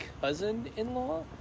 cousin-in-law